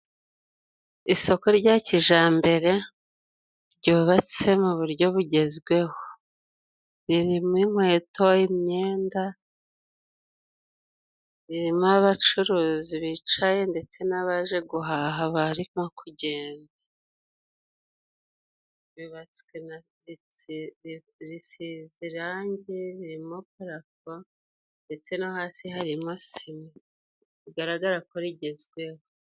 Isoko rya kijambere ryubatse mu buryo bugezweho. Ririmo inkweto, imyenda, ririmo abacuruzi bicaye ndetse n'abaje guhaha barimo kugenda. Ryubatswe na setsiye, risize irange, ririmo parafo ndetse no hasi harimo sima bigaragara ko rigezweho.